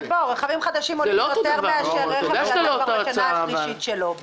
רכבים חדשים עוד יותר מאשר רכב שעשה את השנה השלישית שלו.